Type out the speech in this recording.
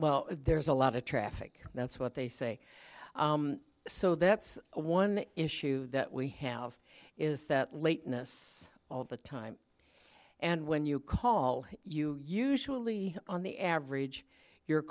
well there's a lot of traffic that's what they say so that's one issue that we have is that lateness all the time and when you call you usually on the average your